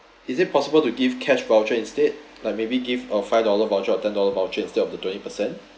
is it possible to give cash voucher instead like maybe give a five dollar voucher or ten dollar voucher instead of the twenty percent